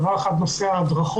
דבר אחד, נושא ההדרכות